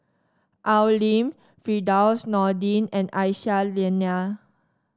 Al Lim Firdaus Nordin and Aisyah Lyana